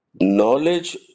knowledge